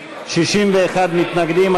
61 מתנגדים.